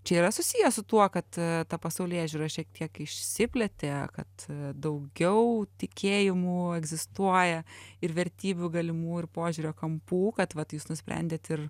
čia yra susiję su tuo kad ta pasaulėžiūra šiek tiek išsiplėtė kad daugiau tikėjimų egzistuoja ir vertybių galimų ir požiūrio kampų kad vat jūs nusprendėt ir